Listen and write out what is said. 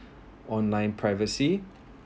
online privacy